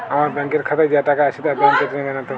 আমার ব্যাঙ্ক এর খাতায় যা টাকা আছে তা বাংক কেটে নেবে নাতো?